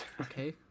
Okay